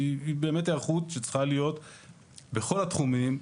היא באמת היערכות שצריכה להיות בכל התחומים.